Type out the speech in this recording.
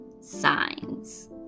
signs